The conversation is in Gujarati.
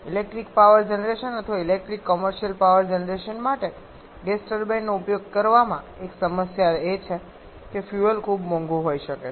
ઇલેક્ટ્રિકલ પાવર જનરેશન અથવા ઇલેક્ટ્રિક કોમર્શિયલ પાવર જનરેશન માટે ગેસ ટર્બાઇનનો ઉપયોગ કરવામાં એક સમસ્યા એ છે કે ફ્યુઅલ ખૂબ મોંઘું હોઈ શકે છે